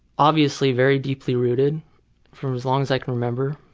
obviously very deeply rooted for as long as i can remember.